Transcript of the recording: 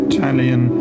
Italian